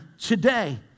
today